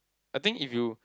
I think if you